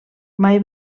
mai